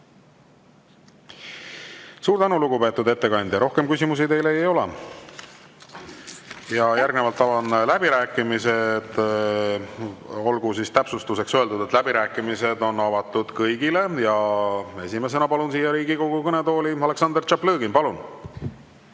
Suur tänu, lugupeetud ettekandja! Rohkem küsimusi teile ei ole. Järgnevalt avan läbirääkimised. Olgu täpsustuseks öeldud, et läbirääkimised on avatud kõigile. Esimesena palun siia Riigikogu kõnetooli Aleksandr Tšaplõgini. Palun!